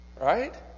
Right